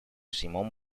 simón